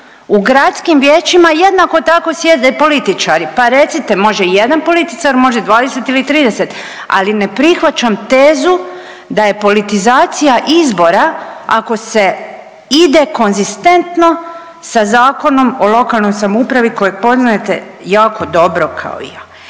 U gradskim vijećima jednako tako sjede političari, pa recite može jedan političar, može 20 ili 30, ali ne prihvaćam tezu da je politizacija izbora ako se ide konzistentno sa Zakonom o lokalnoj samoupravi koji poznajete jako dobro kao i ja.